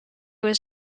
was